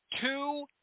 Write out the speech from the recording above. two